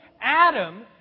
Adam